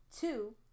two